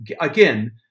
again